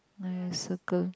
mine have circle